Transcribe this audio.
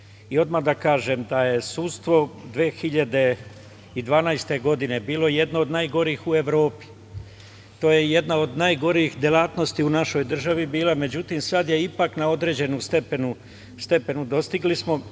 da kažem da je sudstvo 2012. godine, bilo jedno od najgorih u Evropi. To je jedna od najgorih delatnosti u našoj državi bila. Međutim, sada je ipak na određenom stepenu, dostigli smo,